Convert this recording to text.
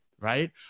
right